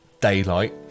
daylight